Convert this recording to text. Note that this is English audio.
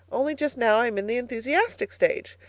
only just now i'm in the enthusiastic stage.